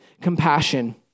compassion